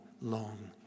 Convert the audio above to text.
long